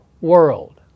world